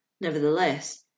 Nevertheless